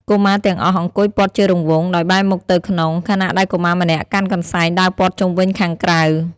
កុមារទាំងអស់អង្គុយព័ទ្ធជារង្វង់ដោយបែរមុខទៅក្នុង ខណៈដែលកុមារម្នាក់កាន់កន្សែងដើរព័ទ្ធជុំវិញខាងក្រៅ។